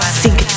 sink